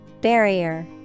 Barrier